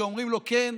שאומרים לו: כן,